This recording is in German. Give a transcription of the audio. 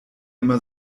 immer